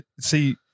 See